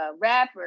rapper